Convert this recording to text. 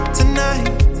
tonight